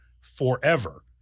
forever